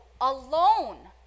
alone